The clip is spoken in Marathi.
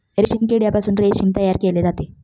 रेशीम किड्यापासून रेशीम तयार केले जाते